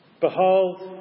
Behold